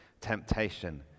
temptation